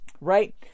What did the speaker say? right